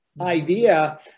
idea